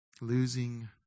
Losing